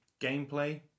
gameplay